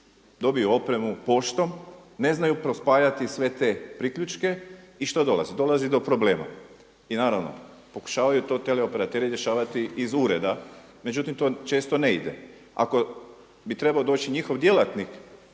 dobiju opremu poštom, ne znaju prespajati sve te priključke. I što dolazi? Dolazi do problema. I naravno pokušavaju to teleoperateri rješavati iz ureda međutim to često ne ide. Ako bi trebao doći njihov djelatnik